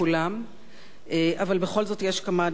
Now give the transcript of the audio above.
בכל זאת יש כמה דברים שאומר,